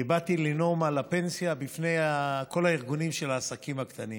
באתי לנאום על הפנסיה בפני כל הארגונים של העסקים הקטנים.